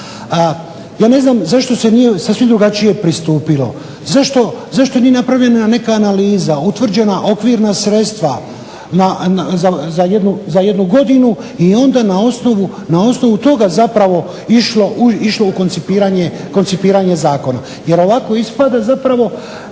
Ja ne znam zašto se nije sasvim drugačije pristupilo. Zašto nije napravljena neka analiza, utvrđena okvirna sredstva za jednu godinu i onda na osnovu toga zapravo išlo u koncipiranje zakona. Jer ovako ispada zapravo